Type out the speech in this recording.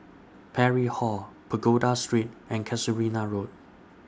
Parry Hall Pagoda Street and Casuarina Road